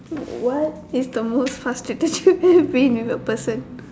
what is the most frustrated you have been with a person